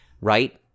right